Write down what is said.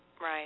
Right